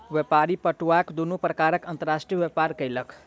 व्यापारी पटुआक दुनू प्रकारक अंतर्राष्ट्रीय व्यापार केलक